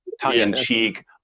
tongue-in-cheek